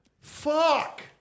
Fuck